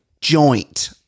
joint